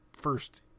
first-